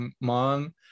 mom